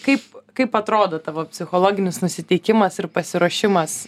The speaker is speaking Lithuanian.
kaip kaip atrodo tavo psichologinis nusiteikimas ir pasiruošimas